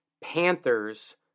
Panthers